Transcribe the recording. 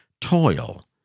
toil